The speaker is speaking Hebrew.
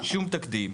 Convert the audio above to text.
שום תקדים.